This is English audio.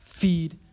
Feed